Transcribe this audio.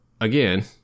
again